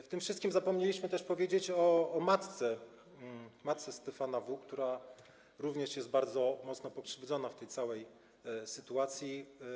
W tym wszystkim zapomnieliśmy też powiedzieć o matce Stefana W., która również jest bardzo mocno pokrzywdzona w tej całej sytuacji.